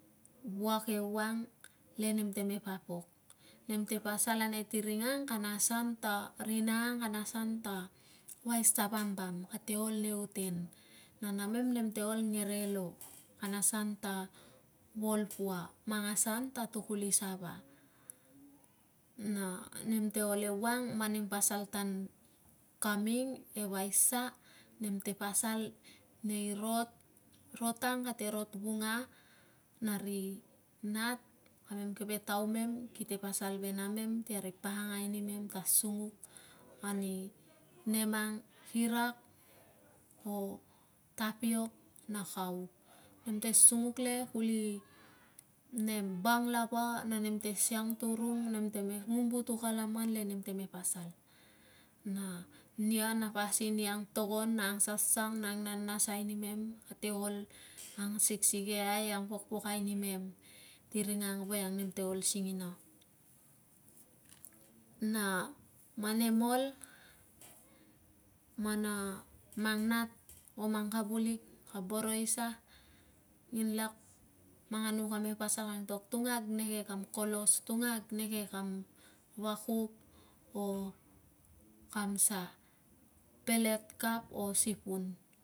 Wuak ewang le nem te me papok. Nem te pasal ane ti ring ang kana asan ta, rina ang kana asan ta vaisavambam, kate ol nei uten, na namem, nemte ol ngerelo, kana asan ta volpua, mang asan ta tukulisava, na nem te ol ewang. Man nem pasal tan kaming e vaisa, nem te pasal nei rot, rot ang kate rot vunga na ri nat, kamem keve taumem kite pasal ve namem ti kari pakangai nimem ta sunguk ani nem ang kirak o tapiok na kau. Nem te sunguk le kuli nem bang lava na nem te siang turung, nem te ngumputuk a laman na nem te me pasal nia na pasin i angtogon, i angsang na angnanasai nimem kate ol angsiksikeiai, angpokpokai nimem ti ring ang voiang nem te ol singina. Na man nem ol, man a mang nat or mang kavulik ka boro i sa, nginlak mang anu kame pasal ka antok, tungag neke kam kolos, tungag neke kam vakup o kam sa, pelet, cup o sipun